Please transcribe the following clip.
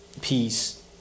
peace